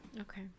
Okay